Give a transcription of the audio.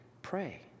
Pray